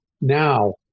now